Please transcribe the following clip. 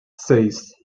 seis